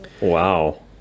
Wow